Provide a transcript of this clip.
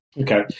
Okay